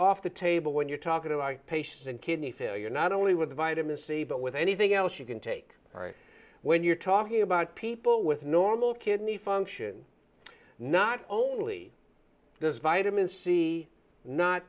off the table when you're talking to patients and kidney failure not only with vitamin c but with anything else you can take right when you're talking about people with normal kidney function not only does vitamin c not